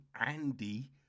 Andy